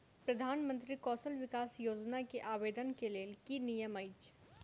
प्रधानमंत्री कौशल विकास योजना केँ आवेदन केँ लेल की नियम अछि?